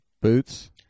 boots